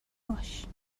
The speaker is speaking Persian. باش